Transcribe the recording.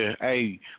Hey